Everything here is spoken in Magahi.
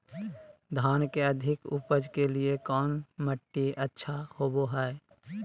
धान के अधिक उपज के लिऐ कौन मट्टी अच्छा होबो है?